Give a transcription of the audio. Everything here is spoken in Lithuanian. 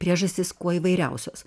priežastys kuo įvairiausios